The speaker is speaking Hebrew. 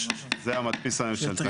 את זה עושה המדפיס הממשלתי.